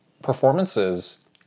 performances